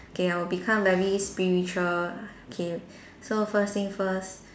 okay I'll become very spiritual okay so first thing first